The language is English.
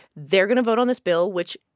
they're going to vote on this bill, which,